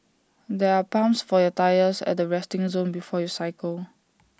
there are pumps for your tyres at the resting zone before you cycle